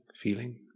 feeling